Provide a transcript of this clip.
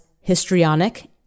histrionic